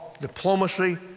diplomacy